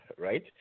right